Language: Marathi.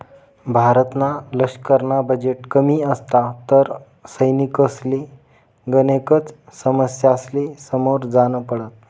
भारतना लशकरना बजेट कमी असता तर सैनिकसले गनेकच समस्यासले समोर जान पडत